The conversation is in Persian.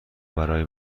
برای